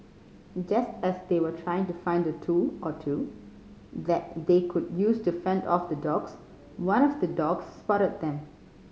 just as they were trying to find a tool or two that they could use to fend off the dogs one of the dogs spotted them